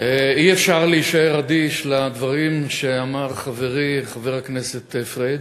אי-אפשר להישאר אדיש לדברים שאמר חברי חבר הכנסת פריג'.